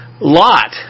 Lot